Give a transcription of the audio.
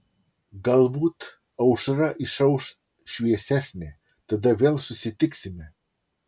galbūt aušra išauš šviesesnė tada vėl susitiksime